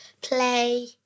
play